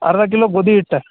ಅರ್ಧ ಕಿಲೋ ಗೋಧಿ ಹಿಟ್ಟು